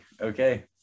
okay